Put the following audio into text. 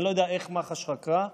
אני לא יודע איך מח"ש חקרה,